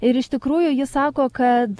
ir iš tikrųjų ji sako kad